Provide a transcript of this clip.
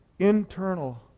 Internal